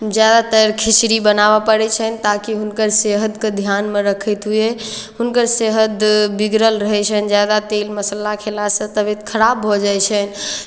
ज्यादातर खिचड़ी बनाबय पड़ै छनि ताकि हुनकर सेहतकेँ ध्यानमे रखैत हुए हुनकर सेहत बिगड़ल रहै छनि ज्यादा तेल मसाला खेलासँ तबियत खराब भऽ जाइ छनि